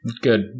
good